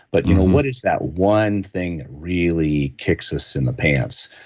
but what is that one thing that really kicks us in the pants?